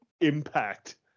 impact